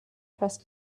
trust